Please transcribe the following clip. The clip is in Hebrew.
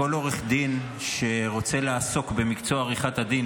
כל עורך דין שרוצה לעסוק במקצוע עריכת הדין